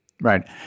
Right